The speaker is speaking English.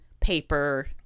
paper